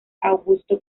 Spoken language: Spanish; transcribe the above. augusto